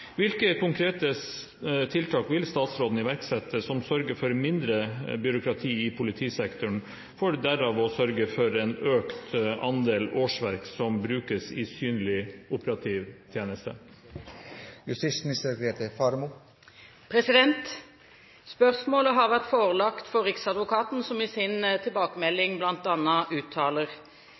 Hvilke konkrete tiltak vil statsråden iverksette som sørger for mindre byråkrati i politisektoren, for derav å sørge for en økning i andelen årsverk som brukes i synlig operativ tjeneste?» Spørsmålet har vært forelagt for riksadvokaten som i sin tilbakemelding bl.a. uttaler: